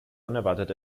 unerwartet